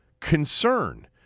concern